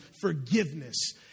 Forgiveness